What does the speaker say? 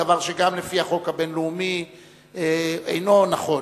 דבר שגם לפי החוק הבין-לאומי אינו נכון.